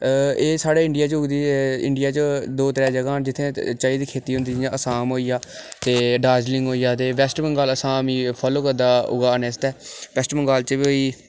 एह् साढ़े इंडिया च उगदी इंडिया च दौ त्रैऽ जगहां न जित्थै चाही दी खेती होंदी जियां आसाम होई गेआ ते दार्जिलिंग होई गेआ ते वैस्ट बंगाल गी फालो करदा उगाने आस्तै वैस्ट बंगाल च बी होई